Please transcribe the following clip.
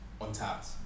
untapped